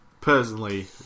personally